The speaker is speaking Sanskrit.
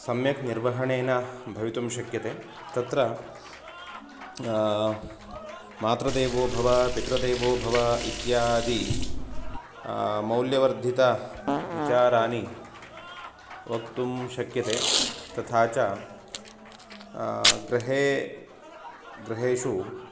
सम्यक् निर्वहणेन भवितुं शक्यते तत्र मातृ देवो भव पितृ देवो भव इत्यादि मौल्यवर्धितविचारानि वक्तुं शक्यते तथा च गृहे गृहेषु